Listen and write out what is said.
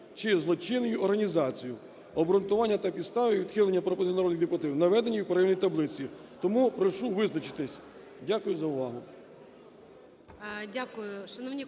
"чи злочинною організацією". Обґрунтування та підстави відхилення пропозицій народних депутатів наведені в порівняльній таблиці. Тому прошу визначитись. Дякую за увагу.